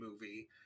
movie